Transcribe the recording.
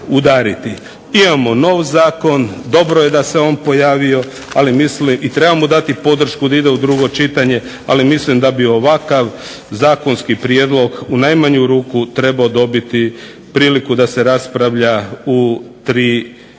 Imamo novi zakon, dobro je da se on pojavio i treba mu dati podršku da ide u drugo čitanje, ali mislim da bi ovakav zakonski prijedlog u najmanju ruku trebao dobiti priliku da se raspravlja u tri čitanja.